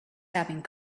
having